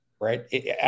right